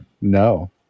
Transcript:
No